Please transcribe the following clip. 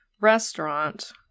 restaurant